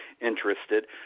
interested